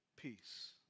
peace